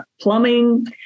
plumbing